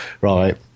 right